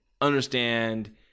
understand